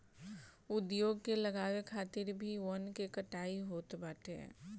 उद्योग के लगावे खातिर भी वन के कटाई होत बाटे